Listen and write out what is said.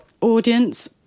audience